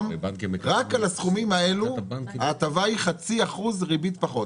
היום רק על הסכומים האלו ההטבה היא 0.5% ריבית פחות.